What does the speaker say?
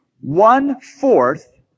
One-fourth